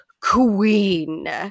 queen